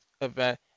event